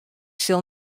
sil